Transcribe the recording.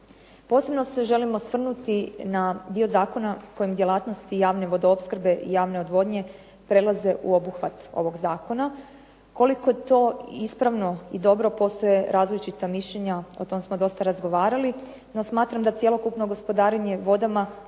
Posebno se želim osvrnuti na dio zakona kojim djelatnosti javne vodoopskrbe i javne odvodnje prelaze u obuhvat ovog zakona. Koliko to ispravno i dobro, postoje različita mišljenja, o tom smo dosta razgovarali. No smatram da cjelokupno gospodarenje vodama